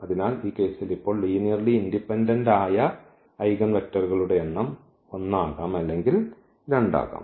അതിനാൽ ഈ കേസിൽ ഇപ്പോൾ ലീനിയർലി ഇൻഡിപെൻഡന്റ് ആയ ഐഗൻവെക്റ്ററുകളുടെ എണ്ണം 1 ആകാം അല്ലെങ്കിൽ 2 ആകാം